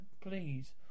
please